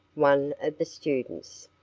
one of the students.